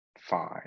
fine